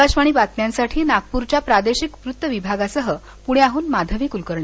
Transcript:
आकाशवाणी बातम्यांसाठी नागपुरच्या प्रादेशिक वृत्त विभागासह पुण्याहून माधवी कुलकर्णी